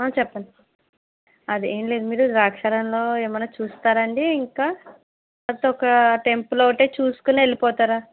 చెప్పండి అది ఏం లేదు మీరు ద్రాక్షారామంలో ఏమైనా చూస్తారా అండి ఇంకా లేకపోతే ఒక టెంపుల్ ఒక్కటే చూసుకుని వెళ్ళిపోతారా